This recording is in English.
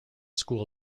school